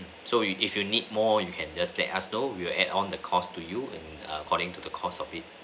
so you if you need more you can just let us know we will add on the cost to you and according to the cost of it